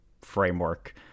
framework